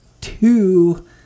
two